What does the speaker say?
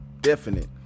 definite